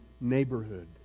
neighborhood